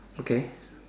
okay